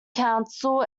council